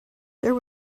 there